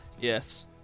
Yes